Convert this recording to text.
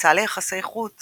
המועצה ליחסי חוץ